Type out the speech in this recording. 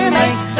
make